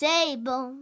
Table